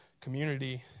community